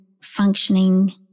functioning